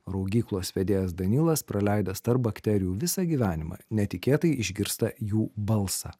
raugyklos vedėjas danilas praleidęs tarp bakterijų visą gyvenimą netikėtai išgirsta jų balsą